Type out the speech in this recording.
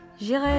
J'irai